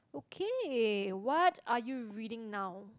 okay what are you reading now